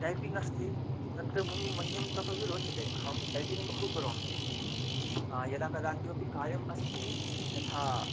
typing अस्ति तत्र मम मह्यं तत् अपि रोचते अहं टैपिङ्ग् बहु करोमि यदा कदा किमपि कार्यम् अस्ति यथा